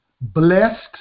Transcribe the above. blessed